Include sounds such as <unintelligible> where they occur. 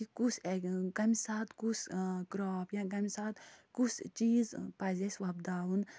کہِ کُس <unintelligible> کَمہِ ساتہٕ کُس کرٛاپ یا کَمہِ ساتہٕ کُس چیٖز پزِ اَسہِ وۄپداوُن